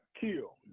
kill